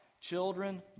children